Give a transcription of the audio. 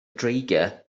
dreigiau